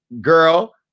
girl